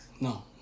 No